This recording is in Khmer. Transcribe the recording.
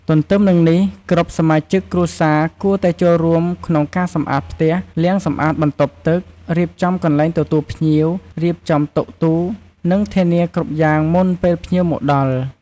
ទន្ទឹមនឹងនេះគ្រប់សមាជិកគ្រួសារគួរតែចូលរួមក្នុងការសម្អាតផ្ទះ លាងសម្អាតបន្ទប់ទឹក រៀបចំកន្លែងទទួលភ្ញៀវ រៀបចំតុ ទូ និងធានាគ្រប់យ៉ាងមុនពេលភ្ញៀវមកដល់។